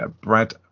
Brad